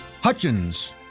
Hutchins